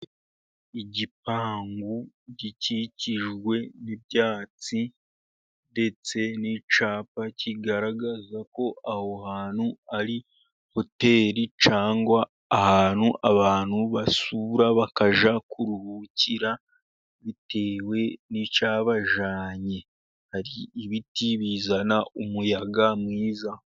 Igipangu gikikijwe n'ibyatsi, ndetse n'icyapa kigaragaza ko aho hantu ari hoteri, cyangwa ahantu abantu basura bakajya kuruhukira bitewe n'icyabajanye. Hari ibiti bizana umuyaga mwiza.